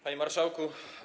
Panie Marszałku!